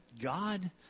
God